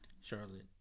Charlotte